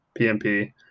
pmp